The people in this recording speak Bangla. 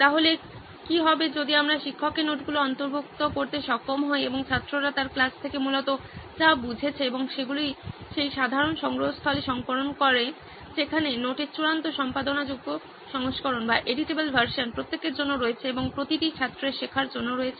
তাহলে কি হবে যদি আমরা শিক্ষকের নোটগুলি অন্তর্ভুক্ত করতে সক্ষম হই এবং ছাত্ররা তার ক্লাস থেকে মূলত যা বুঝেছে এবং সেগুলি সেই সাধারণ সংগ্রহস্থলে সংকলন করে যেখানে নোটের চূড়ান্ত সম্পাদনাযোগ্য সংস্করণ প্রত্যেকের জন্য রয়েছে এবং প্রতিটি ছাত্রের শেখার জন্য রয়েছে